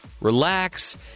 relax